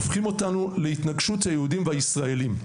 הופכים אותנו להתנקשות ביהודים ובישראלים.